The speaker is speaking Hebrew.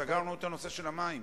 סגרנו את נושא המים?